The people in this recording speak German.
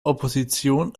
opposition